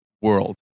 world